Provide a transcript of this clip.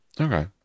Okay